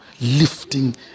lifting